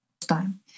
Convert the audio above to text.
time